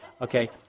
Okay